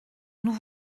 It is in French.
nous